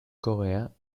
coréen